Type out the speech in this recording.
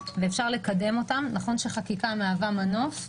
ואפשר לקדם אותם נכון שחקיקה מהווה מנוף,